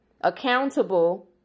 accountable